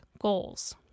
goals